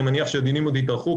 אני מניח שהדיונים עוד יתארכו,